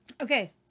Okay